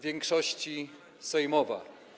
Większości Sejmowa!